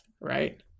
right